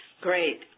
Great